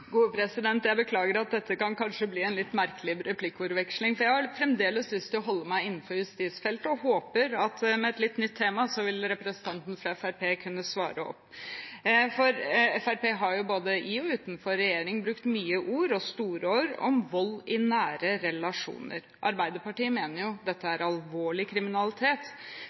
Jeg beklager at dette kanskje kan bli en litt merkelig replikkveksling, men jeg har fremdeles lyst til å holde meg innenfor justisfeltet og håper at med et litt nytt tema vil representanten fra Fremskrittspartiet kunne svare. Fremskrittspartiet har jo både i og utenfor regjering brukt mange og store ord om vold i nære relasjoner. Arbeiderpartiet mener at dette er alvorlig kriminalitet.